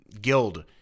guild